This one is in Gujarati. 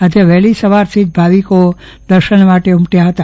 આજે વહેલી સવારથી જ ભાવિકો દર્શન માટે ઉમટ્યા હતા